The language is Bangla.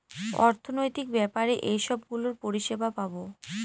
অর্থনৈতিক ব্যাপারে এইসব গুলোর পরিষেবা পাবো